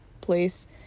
place